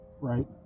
Right